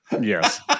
Yes